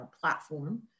platform